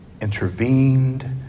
intervened